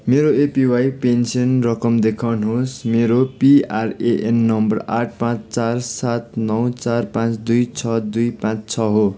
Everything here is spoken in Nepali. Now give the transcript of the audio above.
मेरो एपिवाई पेन्सन रकम देखाउनुहोस् मेरो पिआरएएन नम्बर आठ पाँच चार सात नौ चार पाँच दुई छ दुई पाँच छ हो